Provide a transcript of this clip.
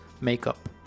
makeup